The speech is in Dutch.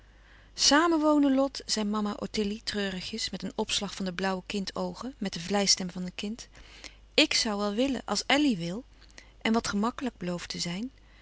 wonen lot zei mama ottilie treurigjes met een opslag van de blauwe kind oogen met de vleistem van een kind ik zoû wel willen als elly wil en wat gemakkelijk belooft te zijn